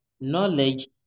knowledge